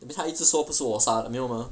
that means 他一直说不是我杀的没有 mah